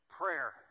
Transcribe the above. prayer